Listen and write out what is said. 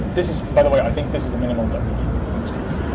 this is, by the way, i think this is the minimum that we need in this case.